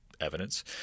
evidence